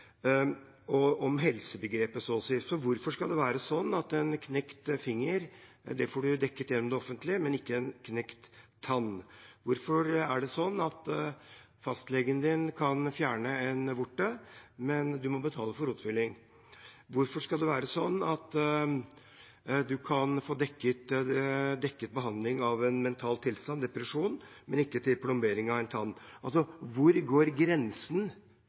og om helsebegrepet, så å si. Hvorfor skal det være slik at en knekt finger får en dekket gjennom det offentlige, men ikke en knekt tann, og at fastlegen kan fjerne en vorte, men at en må betale for rotfylling? Hvorfor skal det være slik at en kan få dekket behandling for en mental tilstand, en depresjon, men ikke for plombering av en tann? Hvor går grensen mellom det offentlige og det private, og hvor går grensen